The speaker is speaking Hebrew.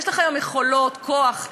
יש לך היום יכולות, כוח.